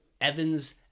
evan's